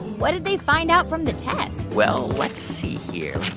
what did they find out from the test? well, let's see here.